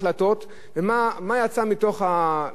ומה יצא מתוך המסקנות?